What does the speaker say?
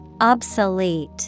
Obsolete